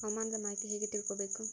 ಹವಾಮಾನದ ಮಾಹಿತಿ ಹೇಗೆ ತಿಳಕೊಬೇಕು?